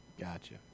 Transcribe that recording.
Gotcha